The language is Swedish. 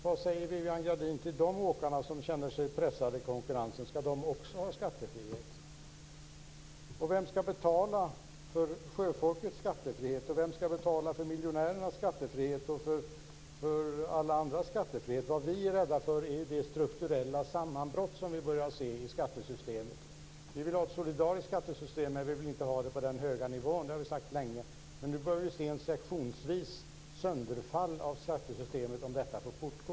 Vad säger Viviann Gerdin till de åkare som känner sig pressade i konkurrensen? Ska de också ha skattefrihet? Vem ska betala för sjöfolkets skattefrihet, för miljonärernas skattefrihet och för alla andras skattefrihet? Vad vi är rädda för är det strukturella sammanbrott som vi börjar se i skattesystemet. Vi vill ha ett solidariskt skattesystem, men vi vill inte ha det på den höga nivån. Det har vi sagt länge. Men nu börjar vi se ett sektionsvis sönderfall av skattesystemet om detta får fortgå.